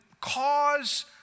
cause